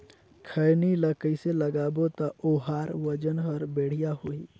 खैनी ला कइसे लगाबो ता ओहार वजन हर बेडिया होही?